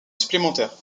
supplémentaire